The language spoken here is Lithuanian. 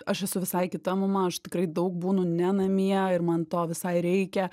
aš esu visai kita mama aš tikrai daug būnu ne namie ir man to visai reikia